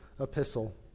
epistle